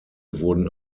wurden